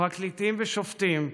פרקליטים ושופטים,